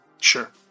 sure